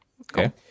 Okay